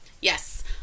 Yes